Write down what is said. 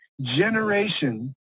generation